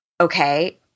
okay